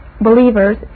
believers